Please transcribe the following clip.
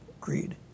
greed